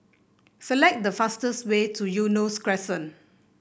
select the fastest way to Eunos Crescent